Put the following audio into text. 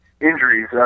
injuries